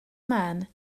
man